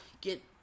get